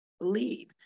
believe